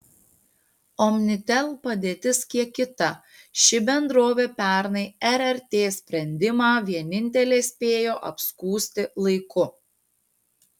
omnitel padėtis kiek kita ši bendrovė pernai rrt sprendimą vienintelė spėjo apskųsti laiku